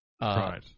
Right